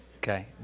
Okay